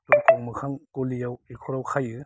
दरखंं मोखां गलियाव बेफोराव खायो